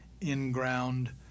in-ground